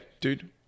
dude